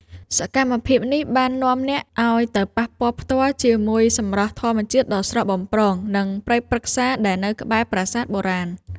សកម្មភាពនេះបាននាំអ្នកឱ្យទៅប៉ះពាល់ផ្ទាល់ជាមួយសម្រស់ធម្មជាតិដ៏ស្រស់បំព្រង និងព្រៃព្រឹក្សាដែលនៅក្បែរប្រាសាទបុរាណ។